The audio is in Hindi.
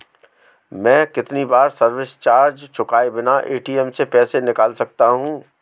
मैं कितनी बार सर्विस चार्ज चुकाए बिना ए.टी.एम से पैसे निकाल सकता हूं?